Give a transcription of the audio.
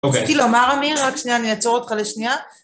אוקיי. רציתי לומר עמיר, רק שנייה, אני אעצור אותך לשנייה.